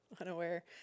Unaware